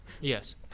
Yes